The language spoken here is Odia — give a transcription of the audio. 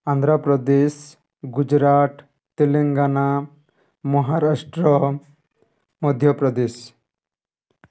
ଆନ୍ଧ୍ରପ୍ରଦେଶ ଗୁଜୁରାଟ ତେଲେଙ୍ଗାନା ମହାରାଷ୍ଟ୍ର ମଧ୍ୟପ୍ରଦେଶ